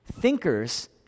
thinkers